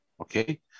Okay